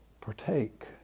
partake